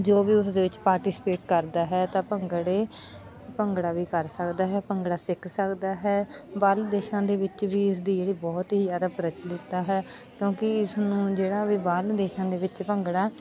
ਜੋ ਵੀ ਉਸ ਦੇ ਵਿੱਚ ਪਾਰਟੀਸਪੇਟ ਕਰਦਾ ਹੈ ਤਾਂ ਭੰਗੜੇ ਭੰਗੜਾ ਵੀ ਕਰ ਸਕਦਾ ਹੈ ਭੰਗੜਾ ਸਿੱਖ ਸਕਦਾ ਹੈ ਬਾਹਰਲੇ ਦੇਸ਼ਾਂ ਦੇ ਵਿੱਚ ਵੀ ਇਸਦੀ ਜਿਹੜੀ ਬਹੁਤ ਹੀ ਜ਼ਿਆਦਾ ਪ੍ਰਚਲਿਤਤਾ ਹੈ ਕਿਉਂਕਿ ਇਸਨੂੰ ਜਿਹੜਾ ਵੀ ਬਾਹਰਲੇ ਦੇਸ਼ਾਂ ਦੇ ਵਿੱਚ ਭੰਗੜਾ